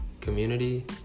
Community